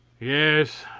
yes,